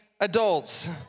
adults